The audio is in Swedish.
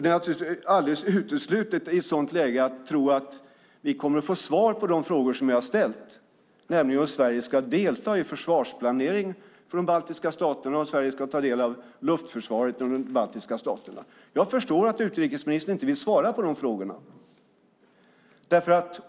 Det är naturligtvis alldeles uteslutet att i ett sådant läge tro att vi kommer att få svar på de frågor som vi har ställt, nämligen om Sverige ska delta i försvarsplanering för de baltiska staterna och om Sverige ska delta i luftförsvaret i de baltiska staterna. Jag förstår att utrikesministern inte vill svara på de frågorna.